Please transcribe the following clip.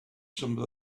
some